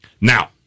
Now